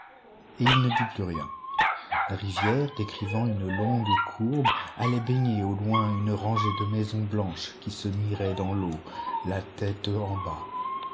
il ne dit plus rien la rivière décrivant une longue courbe allait baigner au loin une rangée de maisons blanches qui se miraient dans l'eau la tête en bas